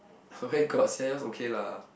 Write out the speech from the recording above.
where got !sia! yours okay lah